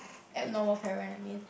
abnormal parent I mean